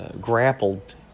grappled